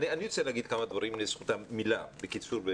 אני רוצה להגיד כמה דברים לזכותם, מילה, בקיצור.